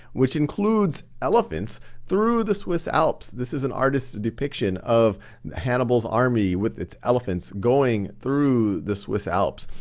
which includes elephants through the swiss alps. this is an artist depiction of hannibal's army with its elephants going through the swiss alps.